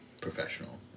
professional